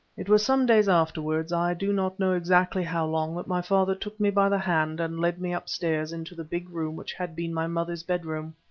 it was some days afterwards, i do not know exactly how long, that my father took me by the hand and led me upstairs into the big room which had been my mother's bedroom.